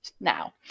now